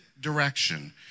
direction